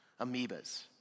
amoebas